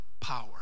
power